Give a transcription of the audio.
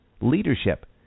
leadership